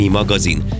magazin